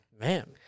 Man